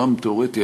בעולם תיאורטי,